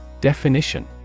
Definition